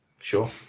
sure